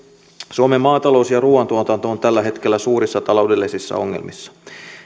suomen maatalous ja ruoantuotanto on tällä hetkellä suurissa taloudellisissa ongelmissa